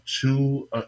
two